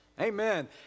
Amen